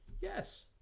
Yes